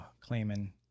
claiming